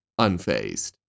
unfazed